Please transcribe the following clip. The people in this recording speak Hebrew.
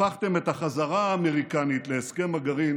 הפכתם את החזרה האמריקנית להסכם הגרעין